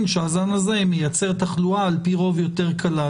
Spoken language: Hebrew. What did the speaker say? הזן הזה מייצר תחלואה על פי רוב יותר קלה,